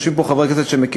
ויושבים פה חברי כנסת שמכירים,